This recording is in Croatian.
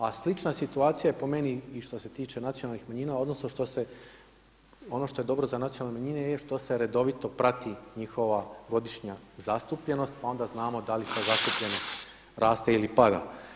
A slična situacija je po meni i što se tiče nacionalnih manjina odnosno što se, ono što je dobro za nacionalne manjine je što se redovito prati njihova godišnja zastupljenost pa onda znamo da li ta zastupljenost raste ili pada.